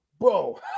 bro